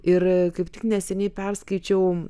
ir kaip tik neseniai perskaičiau